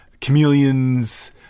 Chameleons